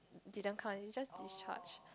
didn't come it's just discharge